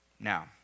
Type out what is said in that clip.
Now